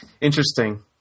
interesting